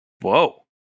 Whoa